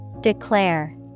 Declare